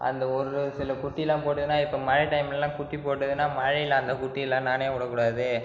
அந்த ஒரு சில குட்டியெல்லாம் போட்டுதுன்னா இப்போ மழை டைம்லெலாம் குட்டி போட்டுதுன்னா மழையில் அந்த குட்டியெலாம் நனைய விடக்கூடாது